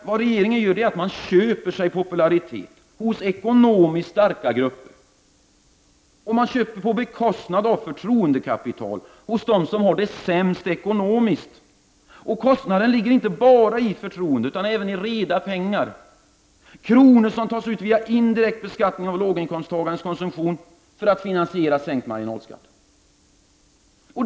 Vad regeringen gör är att den köper sig popularitet hos ekonomiskt starka grupper, på bekostnad av förtroendekapital hos dem som har det sämst ekonomiskt. Kostnaden ligger inte bara i förtroendet utan även i reda pengar. Det är kronor som tas ut via indirekt beskattning av låginkomsttagarens konsumtion för att finansiera sänkt marginalskatt.